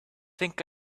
think